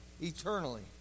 eternally